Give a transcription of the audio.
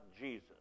Jesus